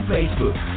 Facebook